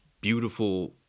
beautiful